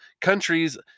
countries